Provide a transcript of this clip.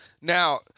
Now